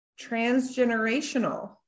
transgenerational